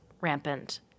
rampant